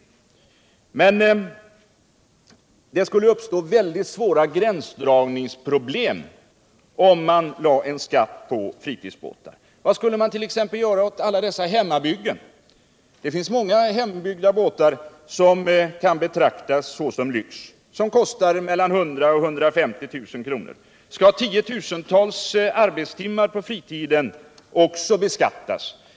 Det skulle uppstå väldigt svåra gränsdragningsproblem om man lade en skatt på fritidsbåtar. Vad skulle man t.ex. göra åt alla hemmabyggen? Det finns många hemmabyggda båtar som kan betraktas som lyx, som kostar mellan 100 000 och 150 000 kr. Skall tiotusentals arbetstimmar på fritiden också beskattas?